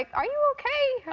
like are you ok?